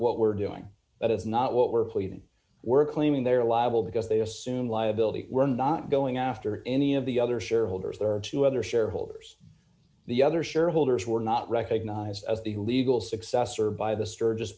what we're doing but it's not what we're pleading we're claiming they're liable because they assume liability we're not going after any of the other shareholders there are two other shareholders the other shareholders were not recognized as the legal successor by the sturgis